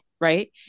right